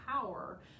power